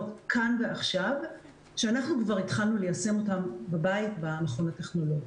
כאן ועכשיו שאנחנו כבר התחלנו ליישם אותן במכון הטכנולוגי.